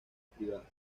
privados